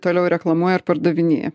toliau reklamuoja ir pardavinėja